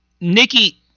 Nikki